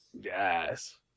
Yes